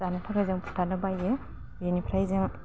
जानो थाखाय जों फुथारनो बायो बेनिफ्राय जों